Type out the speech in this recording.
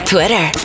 Twitter